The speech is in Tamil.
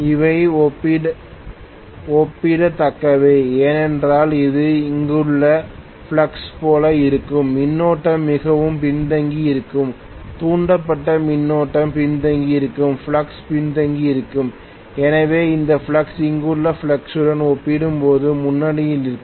அவை ஒப்பிடத்தக்கவை ஏனென்றால் இது இங்குள்ள ஃப்ளக்ஸ் போல இருக்கும் மின்னோட்டம் மிகவும் பின்தங்கியிருக்கும் தூண்டப்பட்ட மின்னோட்டம் பின்தங்கியிருக்கும் ஃப்ளக்ஸ் பின்தங்கியிருக்கும் எனவே இந்த ஃப்ளக்ஸ் இங்குள்ள ஃப்ளக்ஸ் உடன் ஒப்பிடும்போது முன்னணியில் இருக்கும்